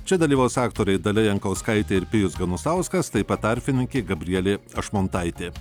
čia dalyvaus aktoriai dalia jankauskaitė ir pijus ganusauskas taip pat arfininkė gabrielė ašmontaitė